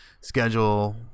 schedule